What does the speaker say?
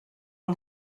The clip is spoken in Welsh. yng